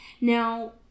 Now